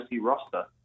roster